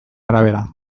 arabera